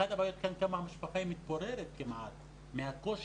אחת הבעיות היא שהמשפחה מתפוררת כמעט מהקושי,